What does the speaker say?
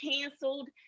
canceled